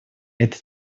это